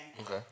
Okay